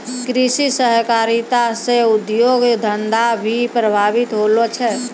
कृषि सहकारिता से उद्योग धंधा भी प्रभावित होलो छै